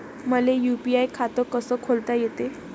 मले यू.पी.आय खातं कस खोलता येते?